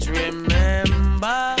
remember